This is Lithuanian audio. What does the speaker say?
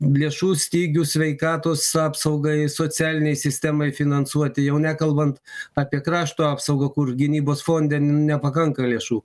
lėšų stygius sveikatos apsaugai socialinei sistemai finansuoti jau nekalbant apie krašto apsaugą kur gynybos fonde nu nepakanka lėšų